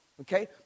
Okay